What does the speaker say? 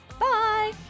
Bye